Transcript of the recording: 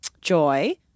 Joy